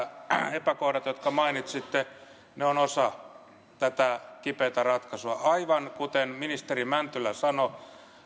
epäkohdat jotka mainitsitte ovat osa tätä kipeätä ratkaisua aivan kuten ministeri mäntylä sanoi